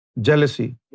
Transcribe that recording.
Jealousy